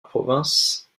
province